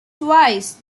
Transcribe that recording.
twice